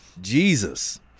Jesus